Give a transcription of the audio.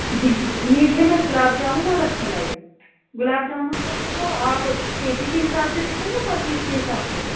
جی میٹھے میں گلاب جامن اور رس ملائی گلاب جامن جو ہے وہ آپ کے جی کے حساب سے دیتے ہیں یا پر پیس کے حساب سے